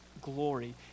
glory